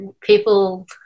people